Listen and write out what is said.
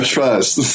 Trust